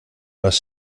más